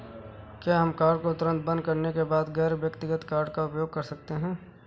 क्या हम कार्ड को तुरंत बंद करने के बाद गैर व्यक्तिगत कार्ड का उपयोग कर सकते हैं?